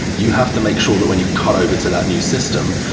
you have to make sure that when you cut over to that new system,